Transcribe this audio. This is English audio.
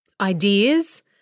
ideas